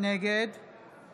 נגד